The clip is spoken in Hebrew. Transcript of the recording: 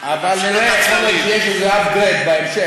אבל נראה, יכול להיות שיש איזה upgrade בהמשך.